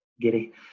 giddy